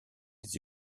des